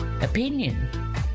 opinion